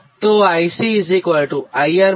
તો IC IR - I